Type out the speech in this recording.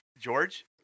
George